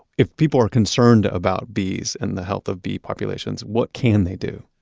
if people are concerned about bees and the health of bee populations, what can they do?